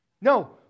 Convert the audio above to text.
No